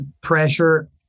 pressure